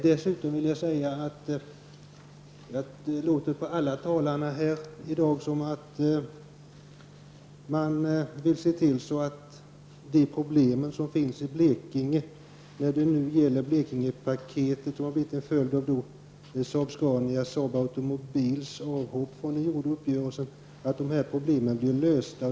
Dessutom vill jag säga att det låter på alla talare här i dag som om de vill se till att de problem som finns i Blekinge -- ett Blekingepaket har ju blivit enföljd av Saab-Scanias och Saab Automobiles avhopp från den gjorda uppgörelsen -- blir lösta.